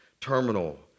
terminal